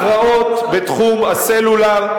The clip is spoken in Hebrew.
הכרעות בתחום הסלולר,